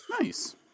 Nice